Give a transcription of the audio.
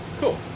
cool